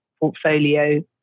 Portfolio